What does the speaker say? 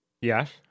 Yes